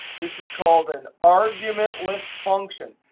this is called an argument list function.